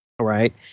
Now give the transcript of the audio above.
right